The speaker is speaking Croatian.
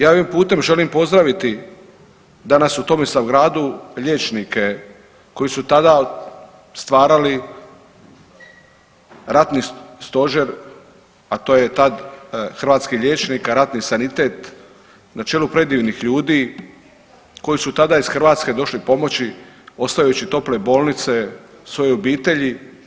Ja ovim putem želim pozdraviti danas u Tomislavgradu liječnike koji su tada stvarali ratni stožer a to je tad hrvatskih liječnika, ratni sanitet na čelu predivnih ljudi koji su tada iz Hrvatske došli pomoći ostavljajući tople bolnice, svoje obitelji.